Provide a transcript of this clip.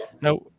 Now